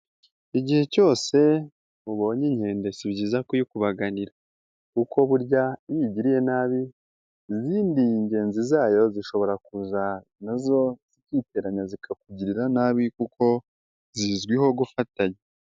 Igihe cyose ubonye inkende si byiza kuyikubaganira. Kuko burya iyo uyigiriye nabi, izindi ngenzi zayo zishobora kuza na zo zikiteranya zikakugirira nabi kuko zizwiho gufatanya.